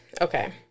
Okay